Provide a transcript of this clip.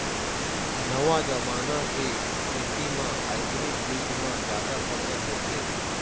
नवा जमाना के खेती म हाइब्रिड बीज म जादा फसल होथे